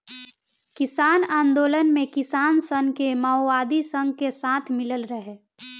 किसान आन्दोलन मे किसान सन के मओवादी सन के साथ मिलल रहे